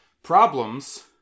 problems